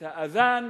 את האַזַאן,